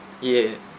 yeah